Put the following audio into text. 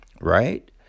right